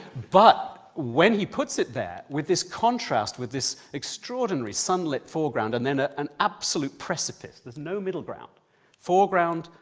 but when he puts it there, with this contrast with this extraordinary sunlit foreground and then ah an absolute precipice, there's no middle ground foreground,